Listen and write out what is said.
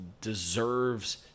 deserves